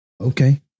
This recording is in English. okay